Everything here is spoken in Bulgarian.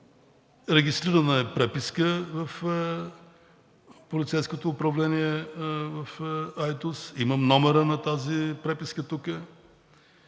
Регистрирана е преписка в полицейското управление в град Айтос и тук имам номера на тази преписка.